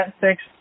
Thanks